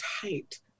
tight